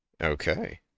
Okay